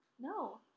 No